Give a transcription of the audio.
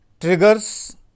triggers